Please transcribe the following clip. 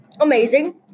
Amazing